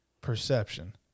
perception